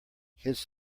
his